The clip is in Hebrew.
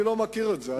לא מכיר את זה.